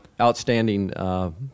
outstanding